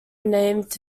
named